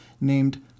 named